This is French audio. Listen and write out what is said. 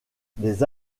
des